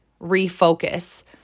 refocus